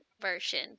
version